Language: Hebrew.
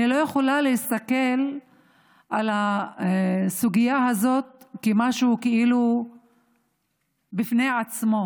אני לא יכולה להסתכל על הסוגיה הזאת כמשהו כאילו בפני עצמו.